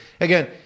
again